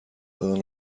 دادن